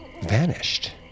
vanished